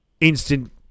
instant-